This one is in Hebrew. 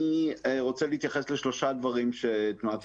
אני רוצה להתייחס לשלושה דברים בעייתיים שתנועת